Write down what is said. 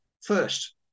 first